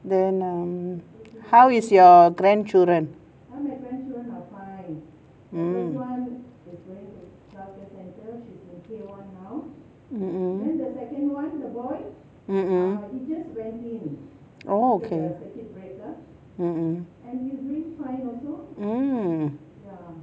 then um how is your grandchildren mm mmhmm mmhmm oh okay mmhmm mm